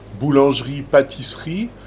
boulangerie-pâtisserie